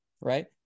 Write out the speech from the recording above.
right